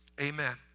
Amen